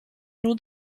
nun